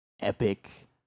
epic